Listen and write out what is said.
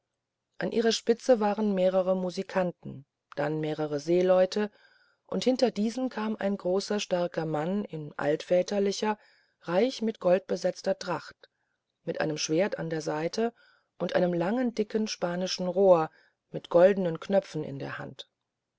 an ihrer spitze waren mehrere musikanten dann mehrere seeleute und hinter diesen kam ein großer starker mann in altväterlicher reich mit gold besetzter tracht mit einem schwert an der seite und einem langen dicken spanischen rohr mit goldenen knöpfen in der hand